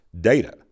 data